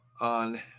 On